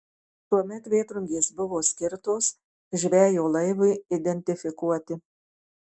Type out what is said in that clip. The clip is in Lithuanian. tuomet vėtrungės buvo skirtos žvejo laivui identifikuoti